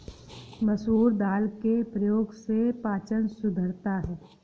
मसूर दाल के प्रयोग से पाचन सुधरता है